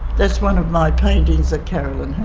that's one of my paintings that caroline